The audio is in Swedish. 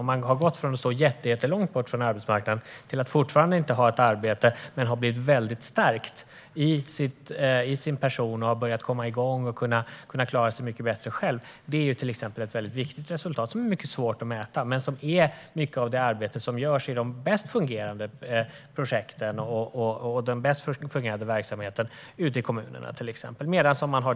Om man har gått från att stå jättelångt från arbetsmarknaden till att ha blivit stärkt och har börjat klara sig bättre själv, även om man inte har ett arbete, är det ett viktigt resultat som är svårt att mäta. Mycket sådant arbete görs i de bäst fungerande projekten och den bäst fungerande verksamheten, till exempel ute i kommunerna.